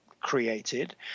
created